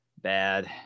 Bad